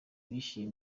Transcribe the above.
bishyuye